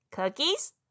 Cookies